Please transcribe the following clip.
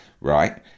right